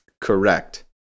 Correct